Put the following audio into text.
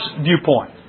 viewpoint